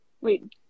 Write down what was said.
Wait